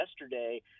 yesterday